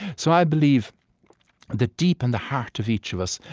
so i believe that deep in the heart of each of us,